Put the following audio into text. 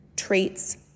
traits